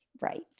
Right